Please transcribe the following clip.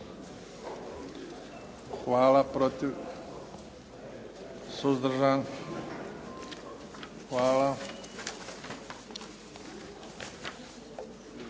Hvala.